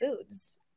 foods